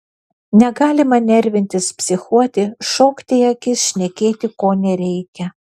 negalima nervintis psichuoti šokti į akis šnekėti ko nereikia